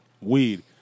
weed